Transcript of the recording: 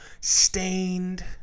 Stained